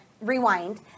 rewind